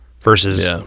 versus